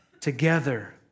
together